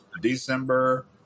December